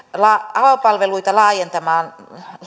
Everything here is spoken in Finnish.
avopalveluita laajentamalla